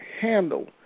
handle